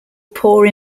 poor